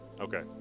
Okay